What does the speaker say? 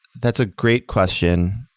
that's a great question.